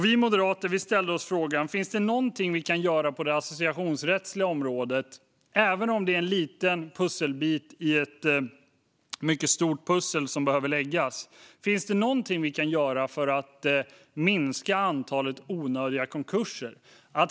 Vi moderater har frågat oss om det finns någonting vi kan göra på det associationsrättsliga området, även om det är en liten pusselbit i ett mycket stort pussel som behöver läggas. Finns det någonting vi kan göra för att minska antalet onödiga konkurser?